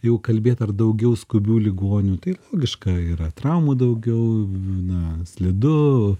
jeigu kalbėt ar daugiau skubių ligonių tai logiška yra traumų daugiau na slidu